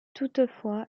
toutefois